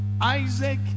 Isaac